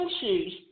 shoes